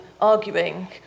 arguing